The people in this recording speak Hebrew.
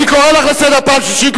אני קורא לך לסדר פעם שלישית.